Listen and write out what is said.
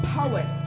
poet